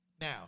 Now